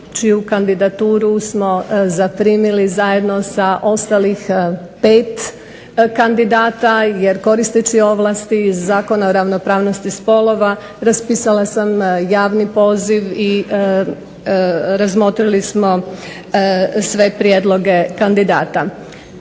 čiju kandidaturu smo zaprimili zajedno sa ostalih 5 kandidata jer koristeći ovlasti iz Zakona o ravnopravnosti spolova raspisala sam javni poziv i razmotrili smo sve prijedloge kandidata.